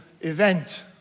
event